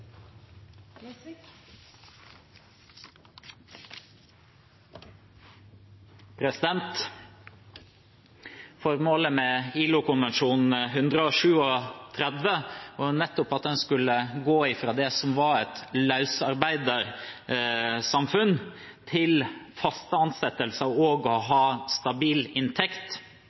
Formålet med ILO-konvensjon 137 var nettopp at en skulle gå fra det som var et løsarbeidersamfunn, til faste ansettelser og stabil inntekt.